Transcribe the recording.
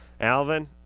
Alvin